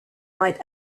night